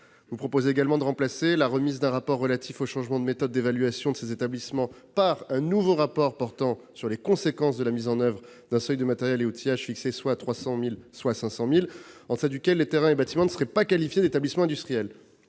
Vous proposez également de remplacer la remise d'un rapport relatif au changement de méthode d'évaluation de ces établissements par celle d'un nouveau rapport portant sur les conséquences de la mise en oeuvre d'un seuil de matériels et outillages de 300 000 euros ou de 500 000 euros, en deçà duquel les terrains et bâtiments ne seraient pas qualifiés d'établissements industriels.